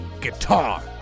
guitar